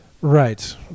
right